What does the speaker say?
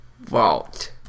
vault